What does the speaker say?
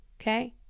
okay